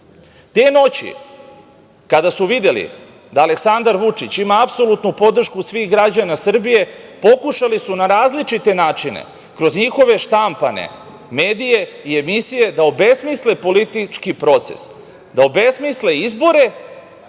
noći, kada su videli da Aleksandar Vučić ima apsolutnu podršku svih građana Srbije, pokušali su na različite načine, kroz njihove štampane medije i emisije da obesmisle politički proces, da obesmisle izbore,